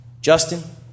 Justin